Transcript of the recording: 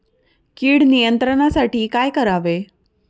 कीड नियंत्रणासाठी काय करावे?